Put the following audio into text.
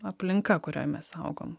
aplinka kurioj mes augom